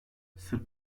sırp